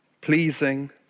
pleasing